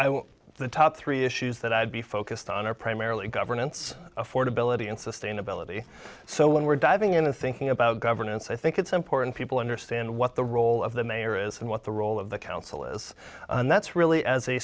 think the top three issues that i would be focused on are primarily governance affordability and sustainability so when we're diving into thinking about governance i think it's important people understand what the role of the mayor is and what the role of the council is and that's really as a